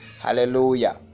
Hallelujah